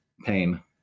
pain